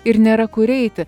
ir nėra kur eiti